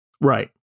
Right